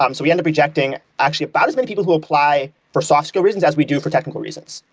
um so we end up rejecting actually about as many people who apply for soft skills reasons as we do for technical reasons.